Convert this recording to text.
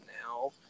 now